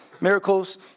miracles